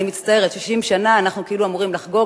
אני מצטערת, 60 שנה, אנחנו כאילו אמורים לחגוג.